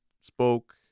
spoke